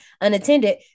unattended